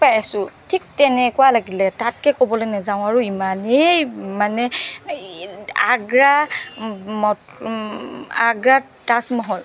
পাই আছো ঠিক তেনেকুৱা লাগিলে তাতকৈ ক'বলৈ নাযাওঁ আৰু ইমানেই মানে আগ্ৰা আগ্ৰাত তাজমহল